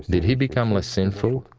did he become less sinful?